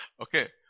Okay